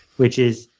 which is,